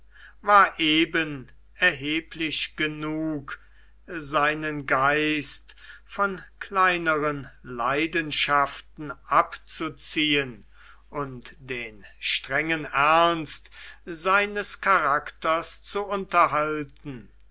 war eben erheblich genug seinen geist von kleineren leidenschaften abzuziehen und den strengen ernst seines charakters zu unterhalten